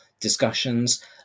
discussions